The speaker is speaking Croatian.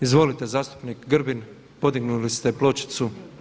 Izvolite zastupnik Grbin podignuli ste pločicu.